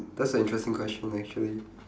that's an interesting question actually